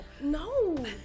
No